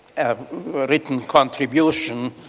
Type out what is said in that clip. a written contribution,